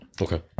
Okay